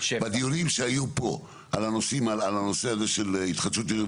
בדיונים שהיו פה על הנושא הזה התחדשות עירונית,